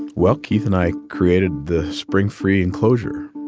and well, keith and i created the springfree enclosure,